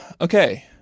Okay